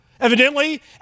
Evidently